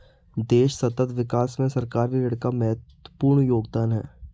देश सतत विकास में सरकारी ऋण का महत्वपूर्ण योगदान है